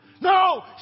No